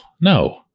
no